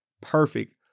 perfect